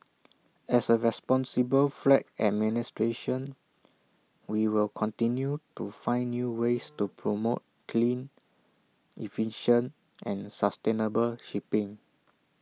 as A responsible flag administration we will continue to find new ways to promote clean efficient and sustainable shipping